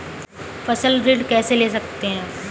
फसल ऋण कैसे ले सकते हैं?